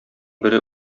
бере